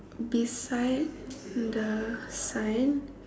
beside the sign